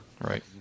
Right